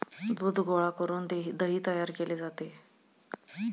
दूध गोळा करून दही तयार केले जाते